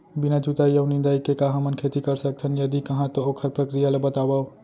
बिना जुताई अऊ निंदाई के का हमन खेती कर सकथन, यदि कहाँ तो ओखर प्रक्रिया ला बतावव?